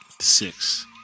six